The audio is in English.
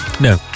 No